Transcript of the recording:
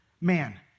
man